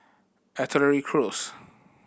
Artillery Close